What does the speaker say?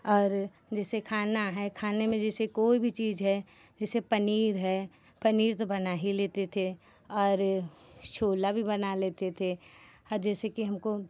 और जैसे खाना है खाने में जैसे कोई भी चीज़ है जैसे पनीर है पनीर तो बना ही लेते थे और छोला भी बना लेते थे और जैसे कि हमको